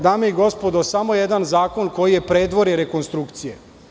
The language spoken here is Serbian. Dame i gospodo ovo je samo jedan zakon koji je predvorje rekonstrukcije.